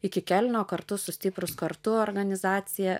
iki kelno kartu su stiprūs kartu organizacija